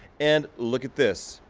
and look at this.